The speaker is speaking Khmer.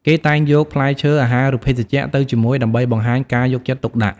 គេតែងយកផ្លែឈើ អាហារ ឬភេសជ្ជៈទៅជាមួយ ដើម្បីបង្ហាញការយកចិត្តទុកដាក់។